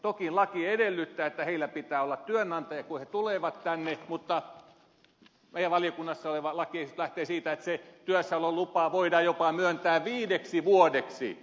toki laki edellyttää että heillä pitää olla työnantaja kun he tulevat tänne mutta meidän valiokunnassamme oleva lakiesitys lähtee siitä että se työssäololupa voidaan myöntää jopa viideksi vuodeksi